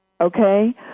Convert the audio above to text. okay